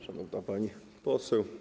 Szanowna Pani Poseł!